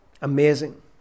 amazing